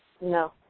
No